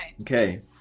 Okay